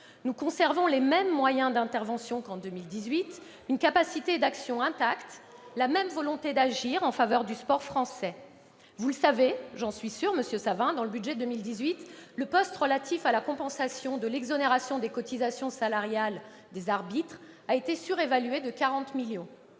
nous conserverons les mêmes moyens d'intervention qu'en 2018, une capacité d'action intacte et la même volonté d'agir en faveur du sport français. Monsieur Savin, vous savez, j'en suis sûre, que, dans le budget pour 2018, le poste relatif à la compensation de l'exonération des cotisations salariales des arbitres a été surévalué de 40 millions